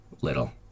little